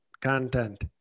content